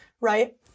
Right